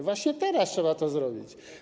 Właśnie teraz trzeba to zrobić.